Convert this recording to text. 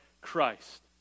Christ